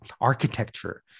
architecture